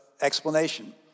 explanation